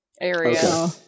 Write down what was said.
area